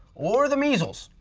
or the measles,